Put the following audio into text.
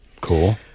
Cool